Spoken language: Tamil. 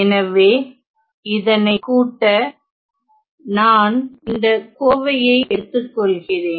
எனவே இதனை கூட்ட நான் இந்த கோவையை எடுத்துக்கொள்கிறேன்